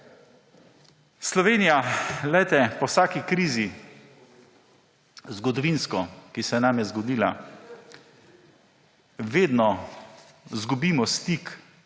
Slovenija po vsaki krizi, zgodovinsko, ki se nam je zgodila, vedno zgubimo stik